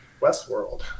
Westworld